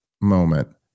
moment